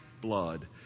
blood